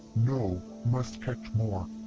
no, must catch more!